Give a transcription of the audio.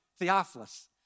Theophilus